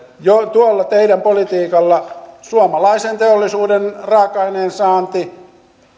tuolla teidän politiikallanne suomalaisen teollisuuden raaka aineen saanti